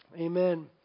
Amen